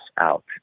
out